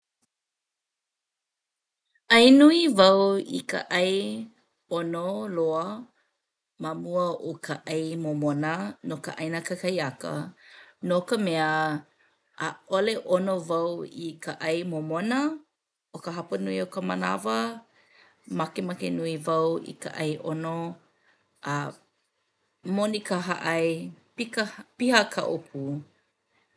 'Ai nui wau i ka 'ai 'ono loa ma mua o ka 'ai momona no ka 'aina kakahiaka no ka mea 'a'ole 'ono wau i ka 'ai momona o ka hapanui o ka manawa. Makemake nui wau i ka 'ai 'ono a moni ka hāʻae, pika piha ka ʻōpū.